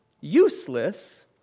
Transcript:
useless